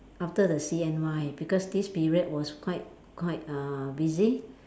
after the C_N_Y because this period was quite quite uh busy